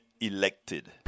elected